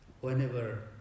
Whenever